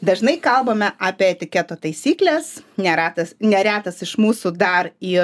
dažnai kalbame apie etiketo taisykles neratas neretas iš mūsų dar ir